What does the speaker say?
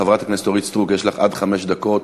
חברת הכנסת אורית סטרוק, יש לך עד חמש דקות